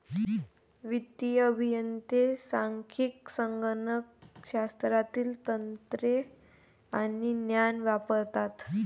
वित्तीय अभियंते सांख्यिकी, संगणक शास्त्रातील तंत्रे आणि ज्ञान वापरतात